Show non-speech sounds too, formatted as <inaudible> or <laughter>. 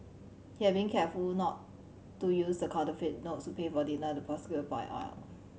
he had been careful not to use the counterfeit notes to pay for dinner the prosecutor <unintelligible> out